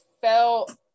felt